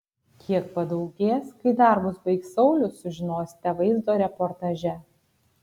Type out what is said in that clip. kiek padaugės kai darbus baigs saulius sužinosite vaizdo reportaže